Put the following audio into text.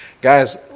Guys